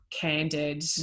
candid